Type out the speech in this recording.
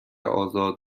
آزاد